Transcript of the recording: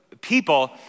people